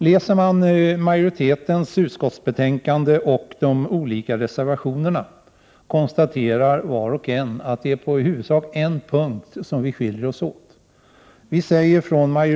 Läser man majoritetens skrivning i utskottsbetänkandet och de olika reservationerna, kan man se att var och en konstaterar att vi i huvudsak skiljer oss på en punkt.